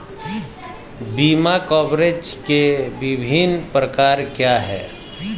बीमा कवरेज के विभिन्न प्रकार क्या हैं?